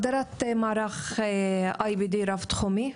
הגדרת מערך IBD רב-תחומי,